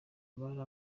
abari